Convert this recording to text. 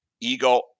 ego